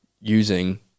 using